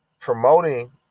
promoting